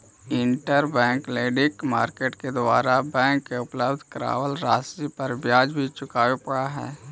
interbank lending market के द्वारा bank के उपलब्ध करावल राशि पर ब्याज भी चुकावे पड़ऽ हइ